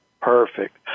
Perfect